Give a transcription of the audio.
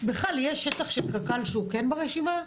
יש שטח של קק"ל שהוא כן ברשימה שלכם?